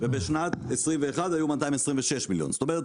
ובשנת 2022 היו 234,000,000. כלומר,